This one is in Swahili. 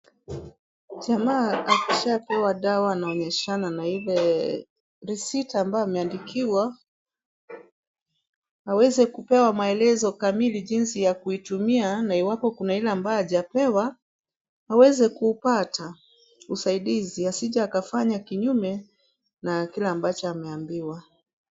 Jamaa ashapewa dawa, anaonyeshana na ile receipt ambayo ameandikiwa, aweze kupewa maelezo kamili jinsi ya kuitumia, na iwapo kuna ile ambayo hajapewa, aweze kupata usaidizi, asije akafanya kinyume ya kile ambacho ameambiwa.